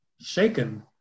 shaken